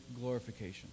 glorification